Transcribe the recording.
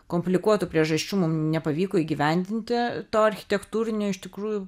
komplikuotų priežasčių mum nepavyko įgyvendinti to architektūrinio iš tikrųjų